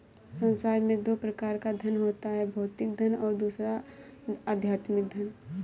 संसार में दो प्रकार का धन होता है भौतिक धन और दूसरा आध्यात्मिक धन